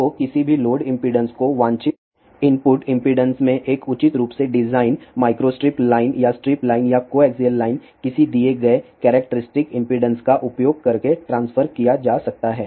तो किसी भी लोड इंपेडेंस को वांछित इनपुट इंपेडेंस में एक उचित रूप से डिजाइन माइक्रोस्ट्रिप लाइन या स्ट्रिप लाइन या कोएक्सिअल लाइन किसी दिए गए करैक्टेरिस्टिक इंपेडेंस का उपयोग करके ट्रांसफर किया जा सकता है